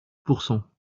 pourcent